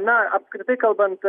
na apskritai kalbant